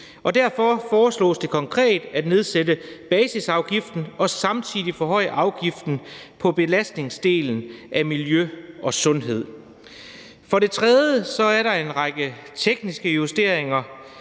Derfor foreslås det konkret at nedsætte basisafgiften og samtidig forhøje afgiften på belastningsdelen i forhold til miljø og sundhed. For det tredje er der en række tekniske justeringer.